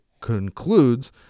concludes